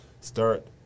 start